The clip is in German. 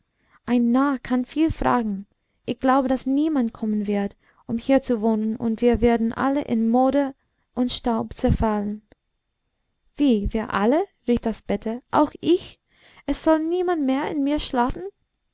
ein narr kann viel fragen ich glaube daß niemand kommen wird um hier zu wohnen und wir werden alle in moder und staub zerfallen wie wir alle rief das bette auch ich es soll niemand mehr in mir schlafen